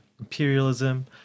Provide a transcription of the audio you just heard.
imperialism